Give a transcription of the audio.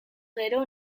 gero